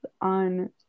on